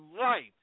life